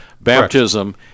Baptism